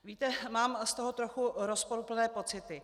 Víte, mám z toho trochu rozporuplné pocity.